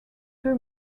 two